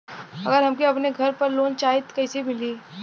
अगर हमके अपने घर पर लोंन चाहीत कईसे मिली?